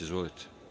Izvolite.